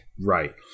Right